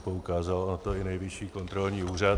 Poukázal na to i Nejvyšší kontrolní úřad.